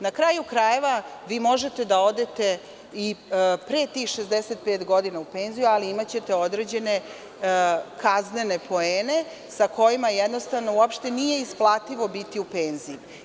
Na kraju krajeva, vi možete da odete i pre tih 65 godina u penziju, ali imaćete određene kaznene poene sa kojima jednostavno nije isplativo biti u penziji.